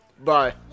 Bye